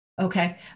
Okay